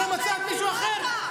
לא מצאת מישהו אחר?